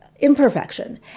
imperfection